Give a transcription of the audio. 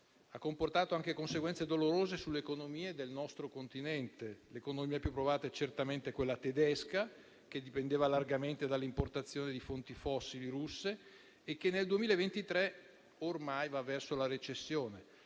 ha comportato anche conseguenze dolorose sulle economie del nostro continente. L'economia più provata è certamente quella tedesca, che dipendeva largamente dalle importazioni di fonti fossili russe e che nel 2023 ormai è andata verso la recessione.